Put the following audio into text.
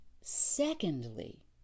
Secondly